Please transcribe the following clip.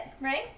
right